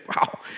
wow